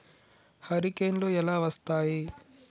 హరికేన్లు ఎలా వస్తాయి?